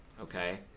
okay